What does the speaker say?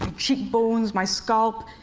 cheekbones, my scalp,